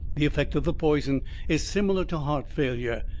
the effect of the poison is similar to heart failure.